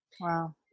Wow